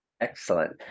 Excellent